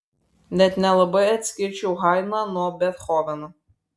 net nelabai atskirčiau haidną nuo bethoveno